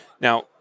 Now